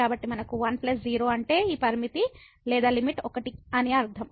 కాబట్టి మనకు 1 0 అంటే ఈ లిమిట్ 1 అని అర్థం